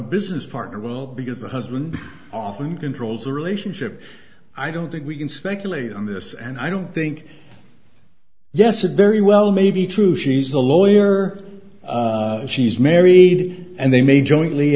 business partner well because the husband often controls the relationship i don't think we can speculate on this and i don't think yes a very well may be true she's a lawyer she's married and they may jointly